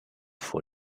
vor